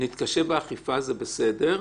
"נתקשה באכיפה" זה בסדר.